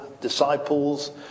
disciples